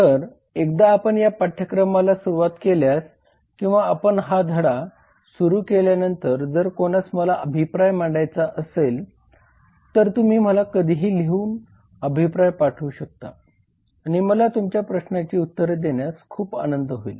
तर एकदा आपण या पाठयक्रमाला सुरुवात केल्यास किंवा आपण धडा सुरु केल्यानंतर जर कोणास मला अभिप्राय मांडायचा असेल तर तुम्ही मला कधीही लिहून अभिप्राय पाठवू शकतात आणि मला तुमच्या प्रश्नांची उत्तरे देण्यास खूप आनंद होईल